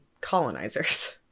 colonizers